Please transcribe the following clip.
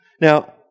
Now